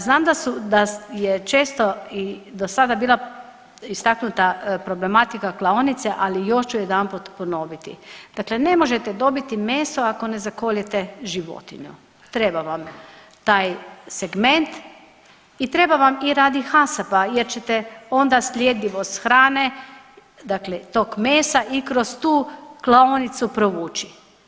Znam da je često i do sada bila istaknuta problematika klaonice, ali još ću jedanput ponoviti, dakle ne možete dobiti meso ako ne zakoljete životinju, treba vam taj segment i treba vam i radi HACCP-a jer ćete onda sljedivost hrane, dakle tog mesa i kroz tu klaonicu provući.